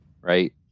right